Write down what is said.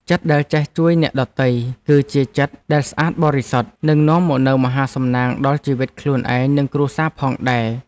ចិត្តដែលចេះជួយអ្នកដទៃ គឺជាចិត្តដែលស្អាតបរិសុទ្ធ និងនាំមកនូវមហាសំណាងដល់ជីវិតខ្លួនឯង និងគ្រួសារផងដែរ។